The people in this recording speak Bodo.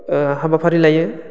हाबाफारि लायो